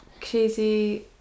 crazy